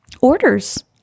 orders